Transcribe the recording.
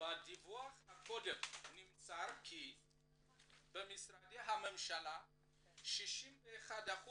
בדיווח הקודם נמסר כי במשרדי הממשלה 61%